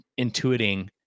intuiting